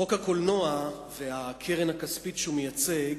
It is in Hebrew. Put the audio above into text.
חוק הקולנוע והקרן הכספית שהוא מייצג,